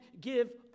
give